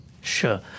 Sure